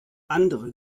andere